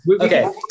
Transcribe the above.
Okay